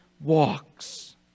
walks